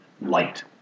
light